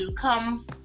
come